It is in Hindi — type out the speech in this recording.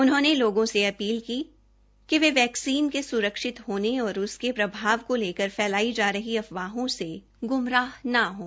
उन्होंने लोगों से अपील की कि ये वैक्सीन के स्रक्षित होने और उसके प्रभाव को लेकर फैलाई जा रही अफवाहों से गुमराह न हों